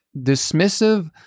dismissive